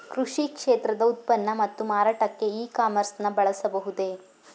ಕೃಷಿ ಕ್ಷೇತ್ರದ ಉತ್ಪನ್ನ ಮತ್ತು ಮಾರಾಟಕ್ಕೆ ಇ ಕಾಮರ್ಸ್ ನ ಬಳಸಬಹುದೇ?